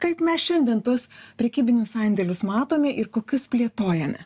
kaip mes šiandien tuos prekybinius sandėlius matome ir kokius plėtojome